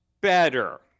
better